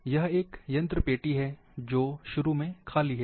यह एक यंत्र पेटी है जोकि शुरू में खाली है